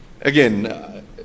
again